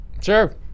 Sure